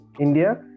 India